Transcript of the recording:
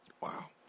Wow